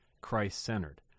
christ-centered